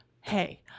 hey